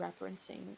referencing